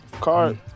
card